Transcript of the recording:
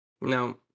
No